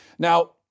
Now